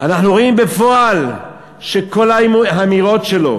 אנחנו רואים בפועל שכל האמירות שלו